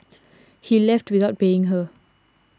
he left without paying her